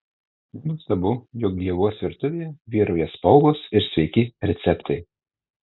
nenuostabu jog ievos virtuvėje vyrauja spalvos ir sveiki receptai